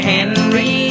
Henry